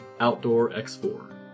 OutdoorX4